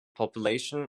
population